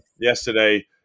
yesterday